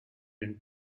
and